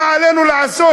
מה עלינו לעשות?